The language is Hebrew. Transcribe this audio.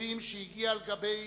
ניצולים שהגיעה על גבי